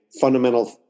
fundamental